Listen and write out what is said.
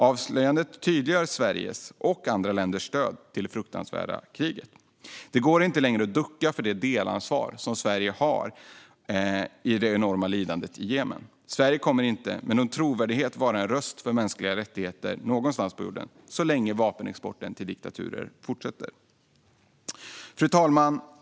Avslöjandet tydliggör Sveriges och andra länders stöd till det fruktansvärda kriget. Det går inte längre att ducka för det delansvar Sverige har för det enorma lidandet i Jemen. Sverige kommer inte med trovärdighet att vara en röst för mänskliga rättigheter någonstans på jorden så länge vapenexporten till diktaturer fortsätter. Fru talman!